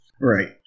Right